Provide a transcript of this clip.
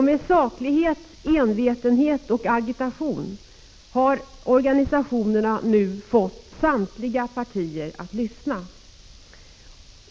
Med saklighet, envetenhet och agitation har organisationerna nu fått samtliga partier att lyssna.